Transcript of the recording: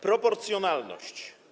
Proporcjonalność.